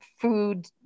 food